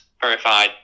verified